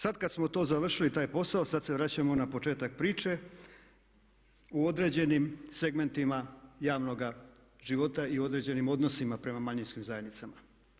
Sad kad smo to završili taj posao sad se vraćamo na početak priče u određenim segmentima javnoga života i određenim odnosima prema manjinskim zajednicama.